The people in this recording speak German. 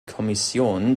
kommission